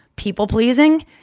people-pleasing